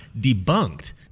debunked